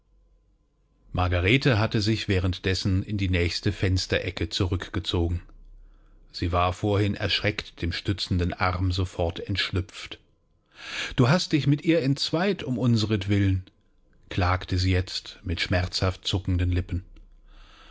margarete hatte sich währenddem in die nächste fensterecke zurückgezogen sie war vorhin erschreckt dem stützenden arm sofort entschlüpft du hast dich mit ihr entzweit um unsertwillen klagte sie jetzt mit schmerzhaft zuckenden lippen